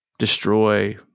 destroy